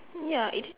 ya it's